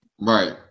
Right